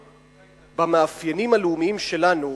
במאפיינים הלאומיים שלנו,